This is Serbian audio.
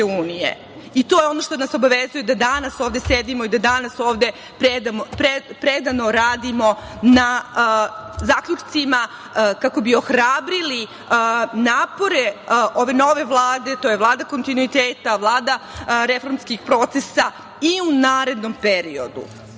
I to je ono što nas obavezuje da danas ovde sedimo i da danas ovde predano radimo na zaključcima, kako bi ohrabrili napore ove nove Vlade, to je Vlada kontinuiteta, Vlada reformskih procesa, i u narednom periodu. Takođe,